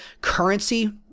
currency